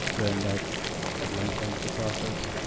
then that lengthens the process.